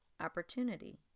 opportunity